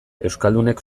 euskaldunek